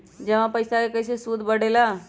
जमा पईसा के कइसे सूद बढे ला?